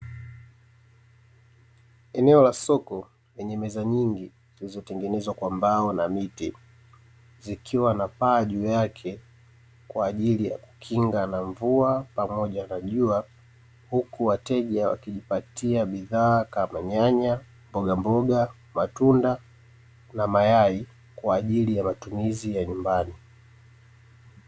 Eneo la soko, lenye meza nyingi zilizotengenezwa kwa mbao na miti, zikiwa na paa juu yake, kwaajili ya kukinga na mvua pamoja na jua, huku wateja wakijipatia bidhaa kama nyanya, mboga mboga, matunda na mayai kwaajili ya matumizi ya nyumbani.